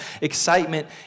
excitement